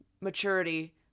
maturity